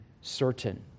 certain